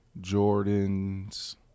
Jordans